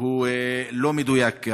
הוא לא מדויק,